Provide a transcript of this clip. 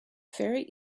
very